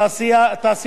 שירות המדינה.